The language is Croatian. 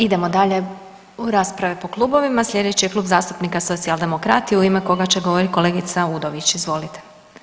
Idemo dalje u rasprave po klubovima, slijedeći je Klub zastupnika Socijaldemokrati u ime koga će govorit kolegica Udović, izvolite.